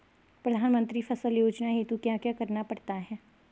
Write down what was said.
प्रधानमंत्री फसल योजना हेतु क्या क्या करना पड़ता है?